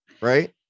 right